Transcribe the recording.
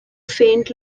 faint